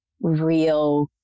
real